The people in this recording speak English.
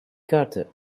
carter